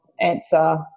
answer